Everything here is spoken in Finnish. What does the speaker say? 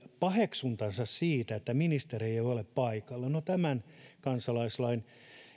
paheksuntansa siitä että ministeri ei ole paikalla no tämän kansalaisaloitteen